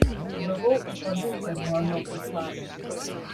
gavau į padychę nuo ano pacano